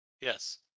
Yes